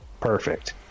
perfect